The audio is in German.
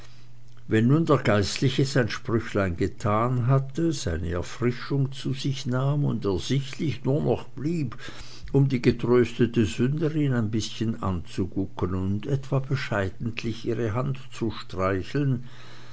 wenn nun der geistliche sein sprüchlein getan hatte seine erfrischung zu sich nahm und ersichtlich nur noch blieb um die getröstete sünderin ein bißchen anzugucken und etwa bescheidentlich ihre hand zu streicheln